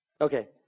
Okay